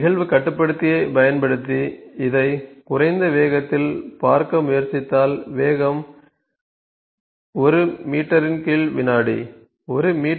நிகழ்வு கட்டுப்படுத்தியைப் பயன்படுத்தி இதை குறைந்த வேகத்தில் பார்க்க முயற்சித்தால் வேகம் 1 மீவி